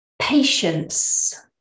Patience